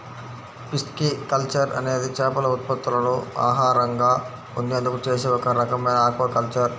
pisciculture అనేది చేపల ఉత్పత్తులను ఆహారంగా పొందేందుకు చేసే ఒక రకమైన ఆక్వాకల్చర్